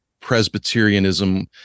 presbyterianism